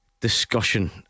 Discussion